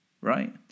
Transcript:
right